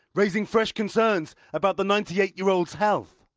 raising fresh concerns about the ninety eight year old's health.